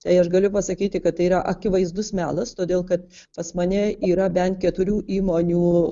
tai aš galiu pasakyti kad tai yra akivaizdus melas todėl kad pas mane yra bent keturių įmonių